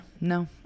No